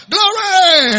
Glory